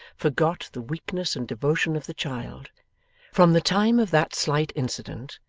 forgot the weakness and devotion of the child from the time of that slight incident,